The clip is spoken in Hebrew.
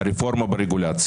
אז אני רוצה לכבד את